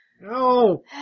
No